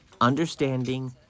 understanding